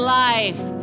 life